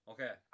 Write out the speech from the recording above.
Okay